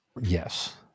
Yes